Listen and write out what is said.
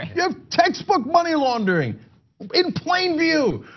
you have textbook money laundering in plain view.